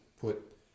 put